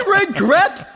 regret